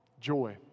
Joy